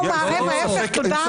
להיפך.